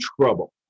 trouble